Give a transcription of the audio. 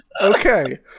Okay